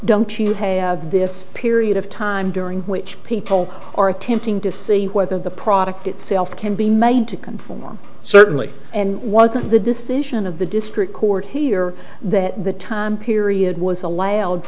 don't you have this period of time during which people are attempting to see whether the product itself can be made to conform certainly wasn't the decision of the district court here that the time period was allowed